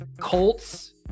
Colts